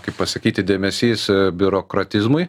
kaip pasakyti dėmesys biurokratizmui